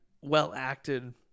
well-acted